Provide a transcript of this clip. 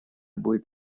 будет